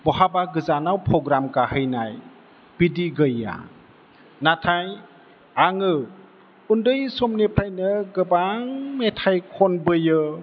बहाबा गोजानाव पग्राम गाहैनाय बिदि गैया नाथाय आङो उन्दै समनिफ्रायनो गोबां मेथाइ खनबोयो